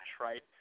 right